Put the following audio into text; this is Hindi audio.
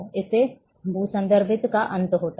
इसलिए इससे भू संदर्भ का अंत होता है